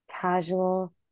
casual